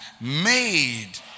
made